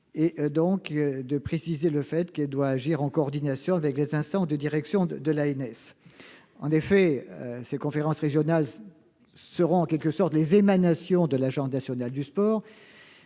proposons de préciser qu'elle devra agir en coordination avec les instances de direction de l'ANS. Ces conférences régionales seront en quelque sorte des émanations de l'Agence nationale du sport,